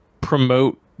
promote